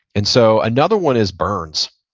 and so another one is burns.